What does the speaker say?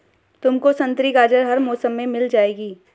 तुमको संतरी गाजर हर मौसम में मिल जाएगी